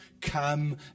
come